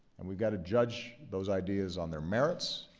and we've got to judge those ideas on their merits.